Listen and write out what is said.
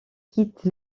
quitte